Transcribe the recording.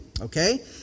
Okay